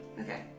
Okay